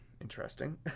Interesting